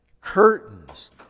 curtains